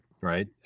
right